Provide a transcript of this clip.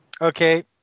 Okay